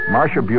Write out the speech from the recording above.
Marsha